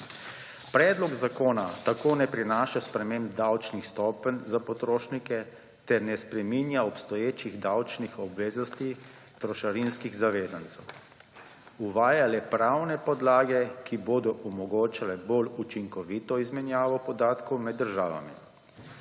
Predlog zakona tako ne prinaša sprememb davčnih stopenj za potrošnike ter ne spreminja obstoječih davčnih obveznosti trošarinskih zavezancev. Uvaja le pravne podlage, ki bodo omogočale bolj učinkovito izmenjavo podatkov med državami.